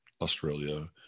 Australia